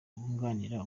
wunganira